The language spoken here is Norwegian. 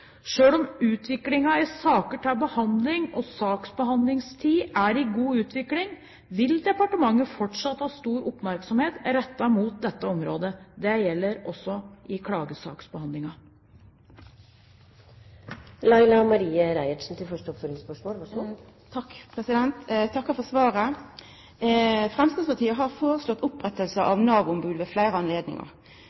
om utviklingen i saker til behandling og saksbehandlingstid er i god utvikling, vil departementet fortsatt ha stor oppmerksomhet rettet mot dette området. Det gjelder også i